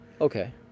Okay